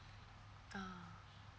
ah